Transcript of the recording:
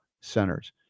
centers